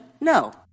No